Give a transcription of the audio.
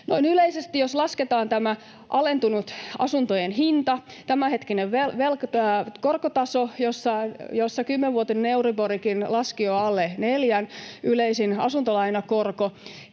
yleisesti, jos lasketaan tämä alentunut asuntojen hinta ja tämänhetkinen korkotaso, jossa kymmenvuotinen euriborkin eli yleisin asuntolainakorko,